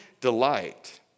delight